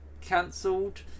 cancelled